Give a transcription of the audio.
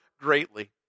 greatly